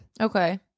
Okay